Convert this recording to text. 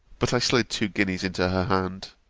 but i slid two guineas into her hand